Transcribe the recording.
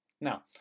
Now